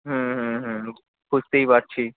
হুম হুম হুম বুঝতেই পারছি